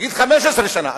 תגיד 15 שנה,